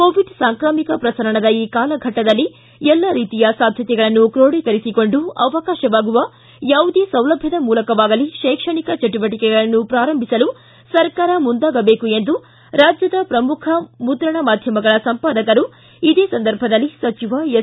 Covid ಸಾಂಕ್ರಾಮಿಕ ಪ್ರಸರಣದ ಈ ಕಾಲಘಟ್ಟದಲ್ಲಿ ಎಲ್ಲ ರೀತಿಯ ಸಾಧ್ಯತೆಗಳನ್ನು ಕ್ರೋಡೀಕರಿಸಿಕೊಂಡು ಅವಕಾಶವಾಗುವ ಯಾವುದೇ ಸೌಲಭ್ಯದ ಮೂಲಕವಾಗಲಿ ಶೈಕ್ಷಣಿಕ ಚಟುವಟಿಕೆಗಳನ್ನು ಪ್ರಾರಂಭಿಸಲು ಸರ್ಕಾರ ಮುಂದಾಗಬೇಕು ಎಂದು ರಾಜ್ಯದ ಪ್ರಮುಖ ಮುದ್ರಣ ಮಾಧ್ವಮಗಳ ಸಂಪಾದಕರು ಇದೇ ಸಂದರ್ಭದಲ್ಲಿ ಸಚಿವ ಎಸ್